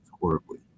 horribly